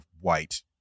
white